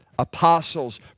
Apostles